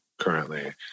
currently